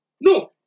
No